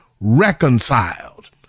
reconciled